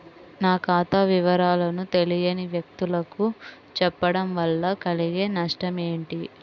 నా ఖాతా వివరాలను తెలియని వ్యక్తులకు చెప్పడం వల్ల కలిగే నష్టమేంటి?